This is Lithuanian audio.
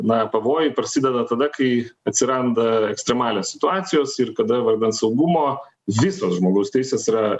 na pavojai prasideda tada kai atsiranda ekstremalios situacijos ir kada vardan saugumo visos žmogaus teisės yra